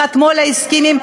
חתמו על ההסכמים?